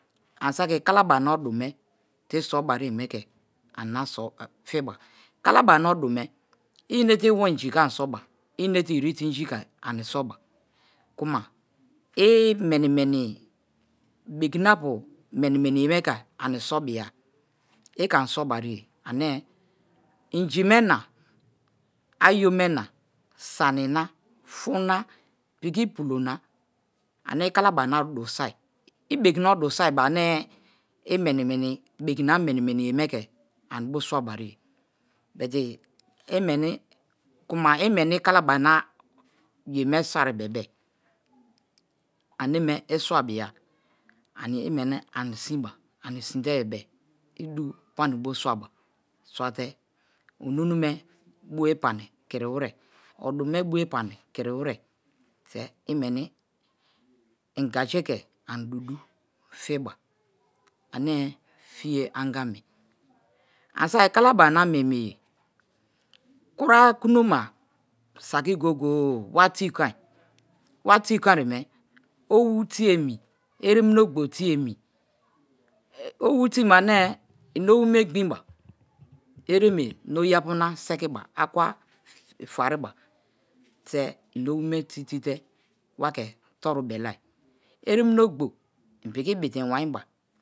Ani saki kalabarina odume so bari ye me̱ ke ani na swa fiba, kalabari na odume i inete iwo inji ke̱ ani ani soba, i piki inete irite inji ke ani so ba kuma i meni-meni bekinapu̱ meni-meniye me ke ani sobiya i ke ani sobariye ane inji me̱ na, ayo me̱ na, fun na pikj pulo na ane i kalabarina odu soi i bekina odu soi bebe-e ane i menimeniye bekina meni-meniye me̱ ke̱ anibo swabari ye. But imeni kuma imeni kalabari na ye soi bebe aneme i swabiya ane imeni ani sinbo ani sin te bebe-e̱ i du panibo swaba swate onunu buwe pani kiriwere i aji ke ani du fiba, ane fiye angame. Anisaki kabarina miemieye kura kunoma saki goye-goye wa ti kon, inaogbo ti emi. Owu ti me̱ ane̱ owu me̱ gbinba ereme na oyiapu owume ti te wa ke torubeleari eremina ogbo iunpiki bi̱te̱ i̱nwi̱ne̱ba.